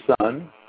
son